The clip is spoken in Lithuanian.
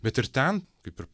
bet ir ten kaip ir